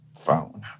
Phone